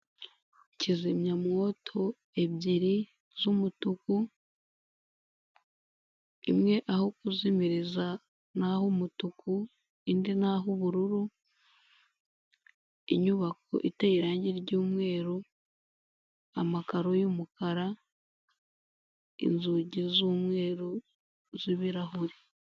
Kizimyamwoto ebyiri z'umutuku, imwe aho kuzimiriza ni ah'umutuku indi ni ah'ubururu, inyubako iteye irangi ry'umweru, amakaro y'umukara inzugi z'umweru z'ibirahuri.